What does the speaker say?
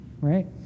Right